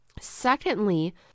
Secondly